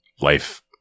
life